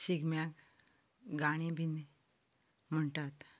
शिगम्याक गाणी बीन म्हणटात